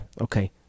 Okay